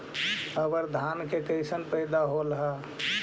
अबर धान के कैसन पैदा होल हा?